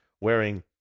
wearing